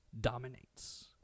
dominates